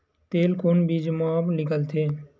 तेल कोन बीज मा निकलथे?